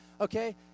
Okay